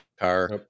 car